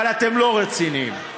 אבל אתם לא רציניים.